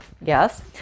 Yes